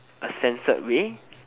a censored way